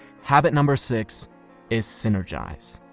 habit number six is synergize.